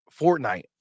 fortnite